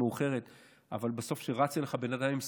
מהעדויות עולה כי לא ניתנה כל הוראה לביצוע הירי,